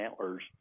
antlers